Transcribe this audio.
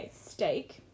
Steak